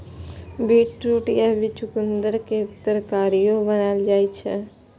beetroot या चुकंदर के तरकारियो बनाएल जाइ छै